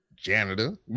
Janitor